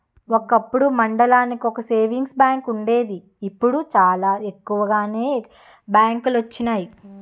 ఒకప్పుడు మండలానికో savings bank వుండేది ఇప్పుడు చాలా ఎక్కువగానే బ్యాంకులొచ్చినియి